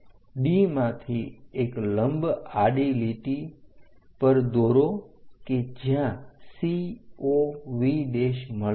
D માંથી એક લંબ આડી લીટી પર દોરો કે જ્યાં COV મળે છે